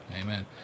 Amen